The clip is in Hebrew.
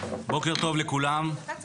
אני אתחיל